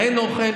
האין-אוכל,